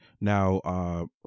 Now